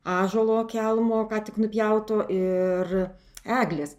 ąžuolo kelmo ką tik nupjauto ir eglės